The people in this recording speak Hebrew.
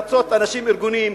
לרצות אנשים ארגוניים,